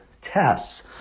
tests